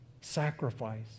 Sacrifice